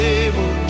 able